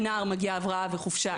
שלנער גם מגיע דמי הבראה וחופשה.